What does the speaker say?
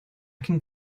can